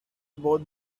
both